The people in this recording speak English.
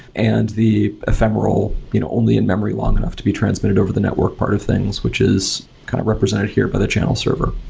and the ephemeral you know only in memory long enough to be transmitted over the network part of things, which is kind of represented here by the channel server.